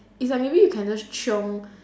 it's like maybe you can just chiong